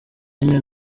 nyine